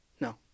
No